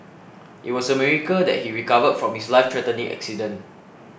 it was a miracle that he recovered from his lifethreatening accident